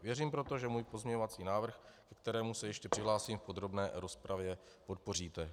Věřím proto, že můj pozměňovací návrh, ke kterému se ještě přihlásím v podrobné rozpravě, podpoříte.